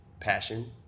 passion